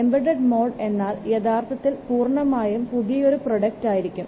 embedded mode എന്നാൽ യഥാർത്ഥത്തിൽ പൂർണ്ണമായും പുതിയൊരു പ്രോഡക്റ്റ് ആയിരിക്കും